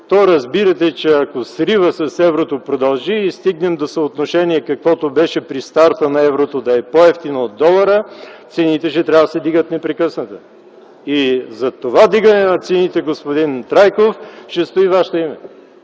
То, разбирате, че ако сривът с еврото продължи и стигнем до съотношение, каквото беше при старта на еврото – да е по-евтино от долара, цените ще трябва да се вдигат непрекъснато. И зад това вдигане на цените, господин Трайков, ще стои Вашето име.